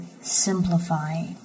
Simplify